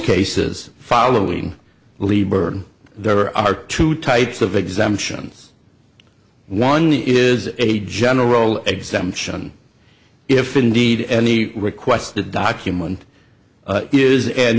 cases following libor there are two types of exemptions one is a general exemption if indeed any requested document is an